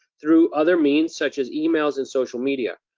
through other means, such as emails and social media.